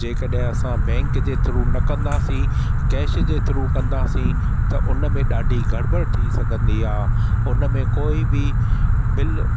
जे कॾहिं असां बैंक जे थ्रू न कंदासीं कैश जे थ्रू कंदासीं त हुन में ॾाढी गड़िॿड़ि थी सघन्दी आ हुन मे कोई बि बिल